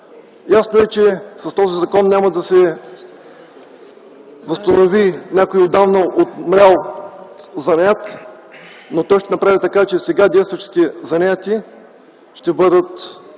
Ясно е, че с този закон няма да се възстанови някой отдавна „умрял” занаят, но той ще направи така, че сега действащите занаяти ще бъдат